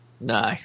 No